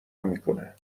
میکنه